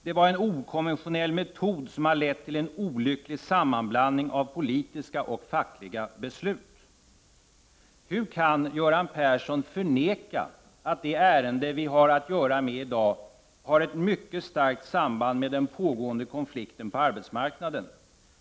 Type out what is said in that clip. Det var en okonventionell metod, som har lett till en olycklig sammanblandning av politiska och fackliga beslut.” Hur kan Göran Persson förneka att det ärende som vi har att göra med i dag har ett mycket starkt samband med den pågående konflikten på arbetsmarknaden?